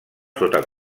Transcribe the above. sota